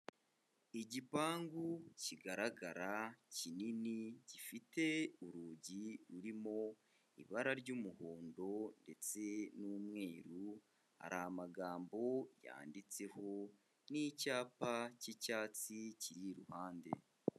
Igipangu kigaragara kinini gifite urugi rurimo ibara ry'umuhondo ndetse n'umweru, hari amagambo yanditseho n'icyapa cy'icyatsi kiri iruhande.